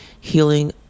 healing